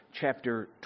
Chapter